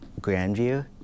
Grandview